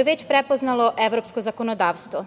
je već prepoznalo evropsko zakonodavstvo.